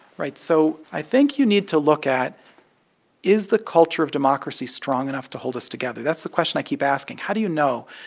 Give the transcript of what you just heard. right. so i think you need to look at is the culture of democracy strong enough to hold us together? that's the question i keep asking. how do you know?